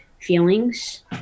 feelings